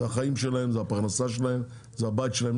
זה החיים שלהם זה הפרנסה שלהם, זה הבית שלהם.